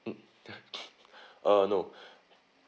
mm uh no